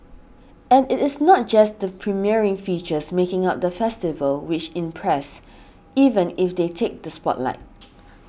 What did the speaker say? and it is not just the premiering features making up the festival which impress even if they take the spotlight